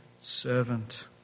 servant